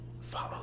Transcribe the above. follow